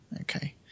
okay